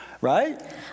Right